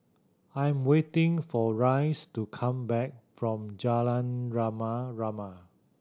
I'm waiting for Rice to come back from Jalan Rama Rama